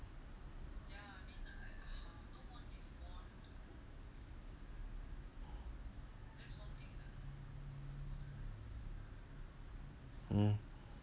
mm